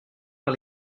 par